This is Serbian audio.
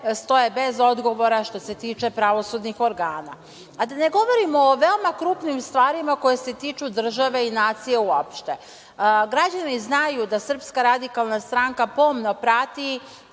stoje bez odgovora što se tiče pravosudnih organa. Da ne govorimo o veoma krupnim stvarima koje se tiču države i nacije uopšte. Građani znaju da SRS pomno prati